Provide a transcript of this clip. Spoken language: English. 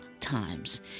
times